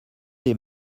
des